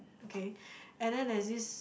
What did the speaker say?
okay and then there's this